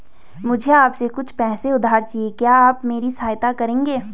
मुझे आपसे कुछ पैसे उधार चहिए, क्या आप मेरी सहायता करेंगे?